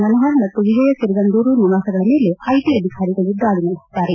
ಮನೋಹರ್ ಮತ್ತು ವಿಜಯ್ ಕಿರಗಂದೂರು ನಿವಾಸಗಳ ಮೇಲೆ ಐಟಿ ಅಧಿಕಾರಿಗಳು ದಾಳಿ ನಡೆಸಿದ್ದಾರೆ